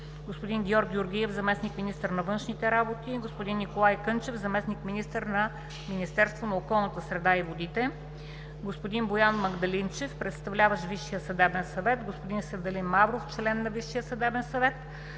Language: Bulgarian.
господин Георг Георгиев – заместник-министър на външните работи; господин Николай Кънчев – заместник-министър на Министерството на околната среда и водите; господин Боян Магдалинчев, представляващ Висшия съдебен съвет, господин Севделин Мавров, член на Висшия съдебен съвет,